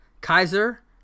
Kaiser